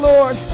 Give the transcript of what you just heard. Lord